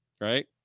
right